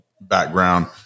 background